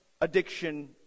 addiction